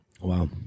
Wow